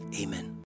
Amen